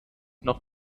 noch